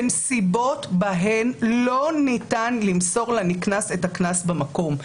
בנסיבות בהן לא ניתן למסור לנקנס את הקנס במקום.